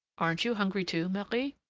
aren't you hungry, too, marie?